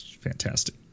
Fantastic